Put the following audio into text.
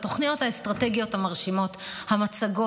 הספים אשר לא נוצלו